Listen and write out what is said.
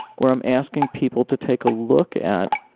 where i'm asking people to take a look at